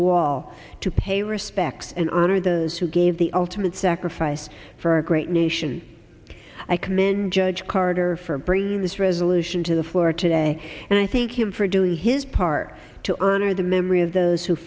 wall to pay respects and honor those who gave the ultimate sacrifice for our great nation i commend judge carter for bringing this resolution to the floor today and i think him for doing his part to honor the memory of those who